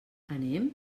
anem